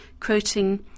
quoting